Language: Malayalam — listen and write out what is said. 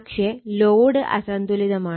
പക്ഷെ ലോഡ് അസന്തുലിതമാണ്